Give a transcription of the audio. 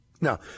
Now